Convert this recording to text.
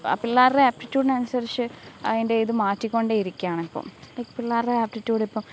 പിള്ളേരുടെ ആപ്റ്റിട്യൂഡിന് അനുസരിച്ച് അതിൻ്റെ ഇത് മാറ്റിക്കൊണ്ടേ ഇരിക്കയാണിപ്പോള് ഇപ്പോള് ലൈക്ക് പിള്ളാരുടെ ആപ്റ്റിട്യൂഡ് ഇപ്പോള്